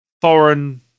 Foreign